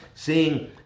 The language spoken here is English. Seeing